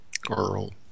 Girl